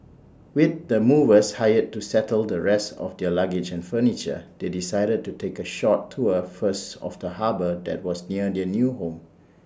with the movers hired to settle the rest of their luggage and furniture they decided to take A short tour first of the harbour that was near their new home